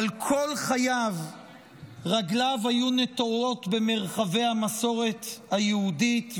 אבל כל חייו רגליו היו נטועות במרחבי המסורת היהודית,